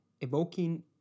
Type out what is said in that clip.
evoking